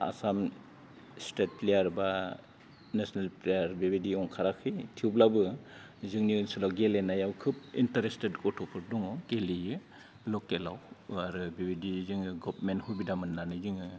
Assam state player बा national player बेबायदि ओंखाराखै थेवब्लाबो जोंनि ओनसोलाव गेलेनायाव खोब इन्टारेस्टेद गथ'फोर दङ गेलेयो लकेलाव आरो बिबादि जों गभमेन्टनि सुबिदा मोननानै जोङो